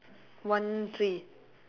one tree